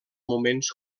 moments